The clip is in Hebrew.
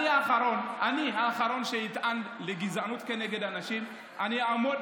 אני מעולם לא השתמשתי בגזענות בנושאים כך וכך.